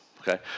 okay